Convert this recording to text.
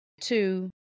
Two